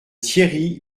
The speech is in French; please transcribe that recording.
thierry